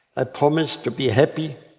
i promised to be happy,